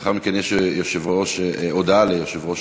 לאחר מכן יש הודעה ליושב-ראש